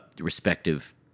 respective